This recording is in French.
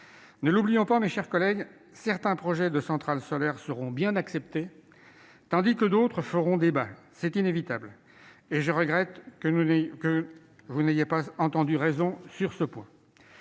Ne l'oublions pas, mes chers collègues, certains projets de centrale solaire seront bien acceptés, tandis que d'autres feront débat. C'est inévitable et je regrette que vous n'ayez pas entendu raison sur ce point.